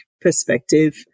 perspective